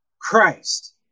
Christ